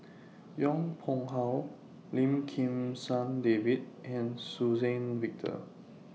Yong Pung How Lim Kim San David and Suzann Victor